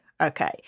Okay